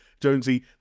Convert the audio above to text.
Jonesy